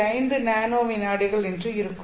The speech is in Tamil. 5 நானோ விநாடிகள் என்று இருக்கும்